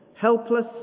Helpless